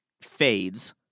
fades